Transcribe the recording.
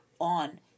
on